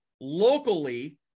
locally